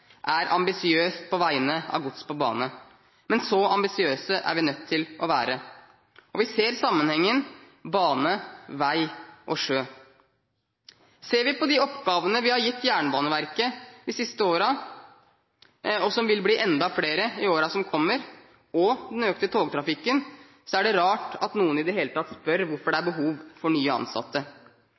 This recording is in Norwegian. er ambisiøst på vegne av gods på bane, men så ambisiøse er vi nødt til å være. Og vi ser sammenhengen mellom bane, vei og sjø. Ser vi på de oppgavene vi har gitt Jernbaneverket de siste årene – og som vil bli enda flere i årene som kommer – og den økte togtrafikken, er det rart at noen i det hele tatt spør hvorfor det er behov for nye ansatte.